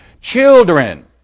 children